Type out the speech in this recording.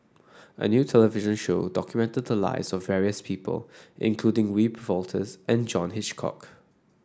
a new television show documented the lives of various people including Wiebe Wolters and John Hitchcock